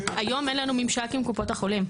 היום אין לנו ממשק עם קופות החולים.